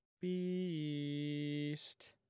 beast